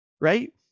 Right